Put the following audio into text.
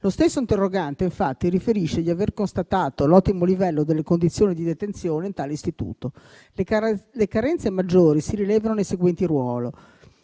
Lo stesso interrogante, infatti, riferisce di aver constatato l'ottimo livello delle condizioni di detenzione in tale istituto. Le carenze maggiori si rilevano nei seguenti ruoli: